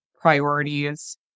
priorities